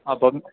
അപ്പോൾ